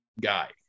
guy